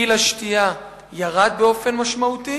גיל השתייה ירד באופן משמעותי.